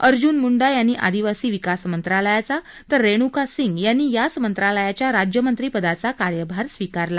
अर्जन मुंडा यांनी आदिवासी विकास मंत्रालयाचा तर रेण्का सिंग यांनी याच मंत्रालयाच्या राज्यमंत्रिपदाचा कार्यभार स्वीकारला